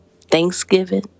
Thanksgiving